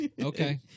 Okay